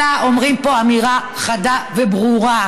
אלא אומרים פה אמירה חדה וברורה: